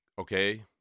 okay